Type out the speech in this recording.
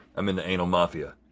i'm in the anal mafia.